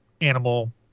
animal